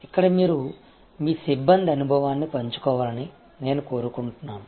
ఇక్కడ మీరు మీ సిబ్బంది అనుభవాన్ని పంచుకోవాలని నేను కోరుకుంటున్నాను